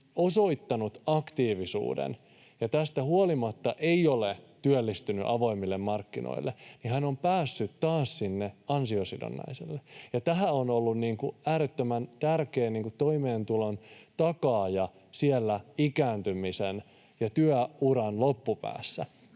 osoittanut aktiivisuuden ja tästä huolimatta ei ole työllistynyt avoimille markkinoille, niin hän on päässyt taas sinne ansiosidonnaiselle. Tämähän on ollut äärettömän tärkeä toimeentulon takaaja siellä ikääntymisen ja työuran loppupäässä.